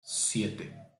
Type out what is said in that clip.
siete